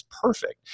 perfect